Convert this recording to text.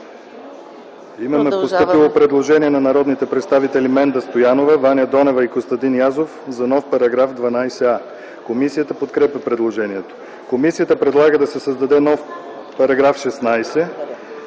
Има постъпило предложение на народните представители Менда Стоянова, Ваня Донева и Костадин Язов за нов § 12а. Комисията подкрепя предложението. Комисията предлага да се създаде нов § 16: „§ 16.